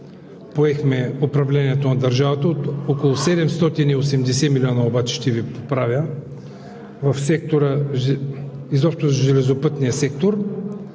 поехме управлението на държавата. Около 780 милиона – ще Ви поправя – са за сектора, изобщо за железопътния сектор.